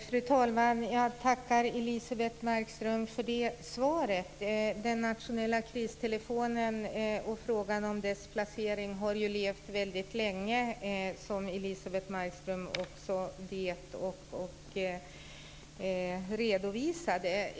Fru talman! Jag tackar Elisebeht Markström för det svaret. Den nationella kristelefonen och frågan om dess placering har levt väldigt länge, vilket Elisebeht Markström också vet om och redovisade.